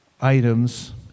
items